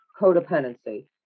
codependency